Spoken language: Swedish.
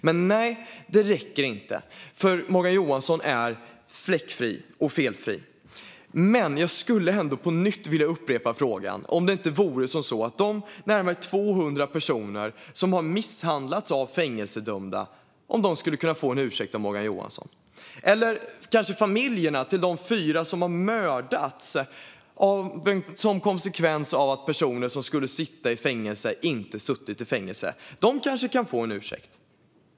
Men, nej, det räcker inte, för Morgan Johansson är fläckfri och felfri. Jag skulle ändå på nytt vilja upprepa frågan om inte de närmare 200 personer som har misshandlats av fängelsedömda skulle kunna få en ursäkt av Morgan Johansson. Eller familjerna till de 4 som har mördats som en konsekvens av att personer som skulle sitta i fängelse inte har suttit i fängelse kanske skulle kunna få en ursäkt.